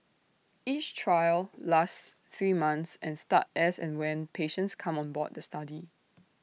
each trial lasts three months and start as and when patients come on board the study